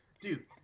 Dude